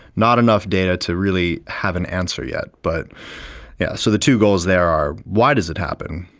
not enough data to really have an answer yet. but yeah so the two goals there are why does it happen,